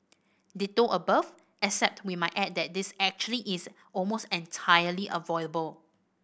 ditto above except we might add that this actually is almost entirely avoidable